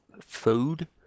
food